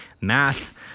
math